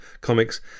comics